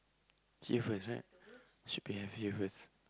see first right should be have here first